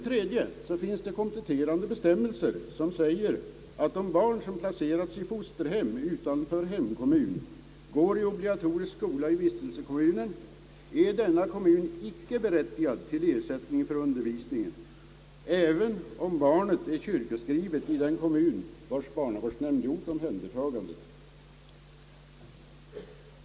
3) Det finns kompletterande bestämmelser som säger att om barn, som placerats i fosterhem utanför hemkommunen, går i obligatorisk skola i vistelsekommunen, är denna kommun icke berättigad till ersättning för skolundervisningen, även om barnet är kyrkoskrivet i den kommun vars barnavårdsnämnd gjort omhändertagandet.